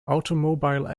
automobile